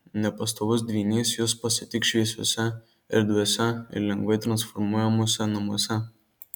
nepastovus dvynys jus pasitiks šviesiuose erdviuose ir lengvai transformuojamuose namuose